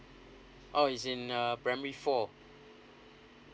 oh he's in a primary four